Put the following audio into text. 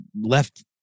left